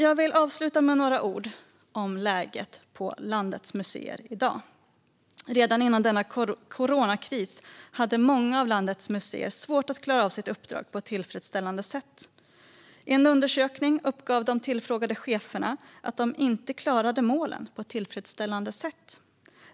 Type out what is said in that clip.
Jag vill avsluta med några ord om läget på landets museer i dag. Redan före coronakrisen hade många av landets museer svårt att klara av sitt uppdrag på ett tillfredställande sätt. I en undersökning uppgav de tillfrågade cheferna att de inte klarade att uppnå målen på ett tillfredsställande sätt.